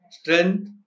strength